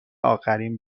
آخرین